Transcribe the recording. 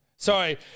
Sorry